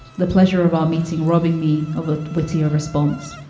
the pleasure of our meeting robbing me of. ah with your response,